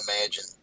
imagine